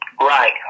Right